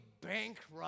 bankrupt